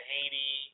Haney